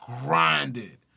grinded